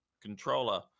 controller